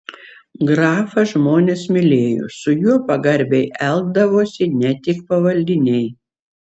grafą žmonės mylėjo su juo pagarbiai elgdavosi ne tik pavaldiniai